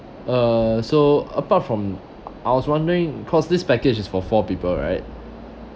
uh so apart from I was wondering cause this package is for four people right